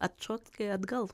atšoki atgal